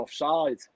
offside